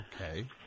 Okay